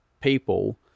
people